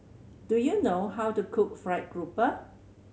do you know how to cook fried grouper